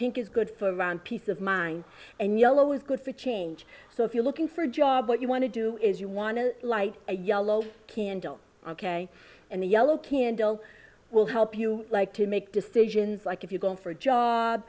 pink is good for around peace of mind and yellow is good for change so if you're looking for a job what you want to do is you want to light a yellow candle ok and the yellow candle will help you like to make decisions like if you go in for a job